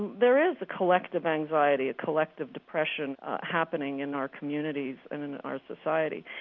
there is a collective anxiety, a collective depression happening in our communities and in our society.